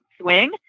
swing